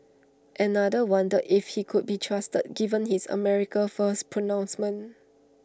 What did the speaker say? another wondered if he could be trusted given his America First pronouncements